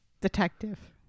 detective